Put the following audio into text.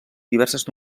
diverses